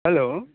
hello